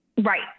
Right